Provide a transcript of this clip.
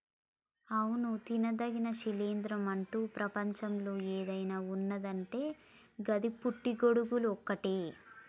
అవును తినదగిన శిలీంద్రం అంటు ప్రపంచంలో ఏదన్న ఉన్నదంటే గది పుట్టి గొడుగులు ఒక్కటే